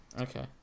Okay